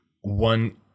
one